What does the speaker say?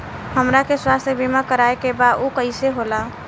हमरा के स्वास्थ्य बीमा कराए के बा उ कईसे होला?